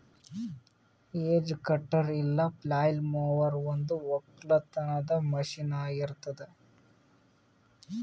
hedge cutter ಇಲ್ಲ flail mower ಒಂದು ಒಕ್ಕಲತನದ ಮಷೀನ್ ಆಗಿರತ್ತುದ್